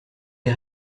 les